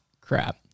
crap